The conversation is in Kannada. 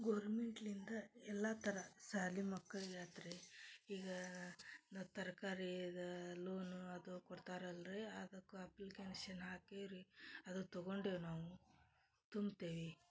ಗೌರ್ಮೆಂಟ್ಲಿಂದ ಎಲ್ಲಾ ಥರ ಸ್ಯಾಲಿ ಮಕ್ಳಿಗಾತ್ರೀ ಈಗಾ ನಾವು ತರ್ಕಾರಿ ಇದು ಲೋನು ಅದು ಕೊಡ್ತಾರಲ್ರೀ ಅದಕ್ಕೆ ಅಪ್ಲಿಕೆನ್ಶನ್ ಹಾಕಿವ್ರೀ ಅದು ತಗೊಂಡೇವಿ ನಾವು ತುಂಬ್ತೇವಿ